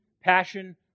passion